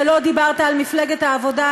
ולא דיברת על מפלגת העבודה,